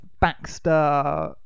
Baxter